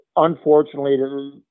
Unfortunately